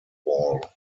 ball